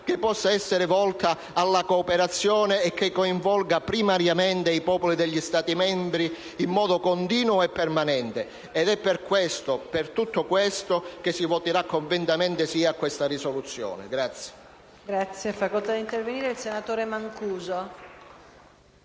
che possa essere volta alla cooperazione e coinvolga primariamente i popoli degli Stati membri, in modo continuo e permanente. È per tutto questo che si voterà convintamente sì a questa risoluzione.